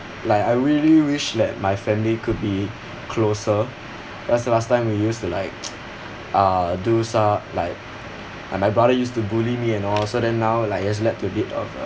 like I really wish that my family could be closer because last time we used to like uh do so~ like like my brother used to bully me and all so then now it has lead to a bit of a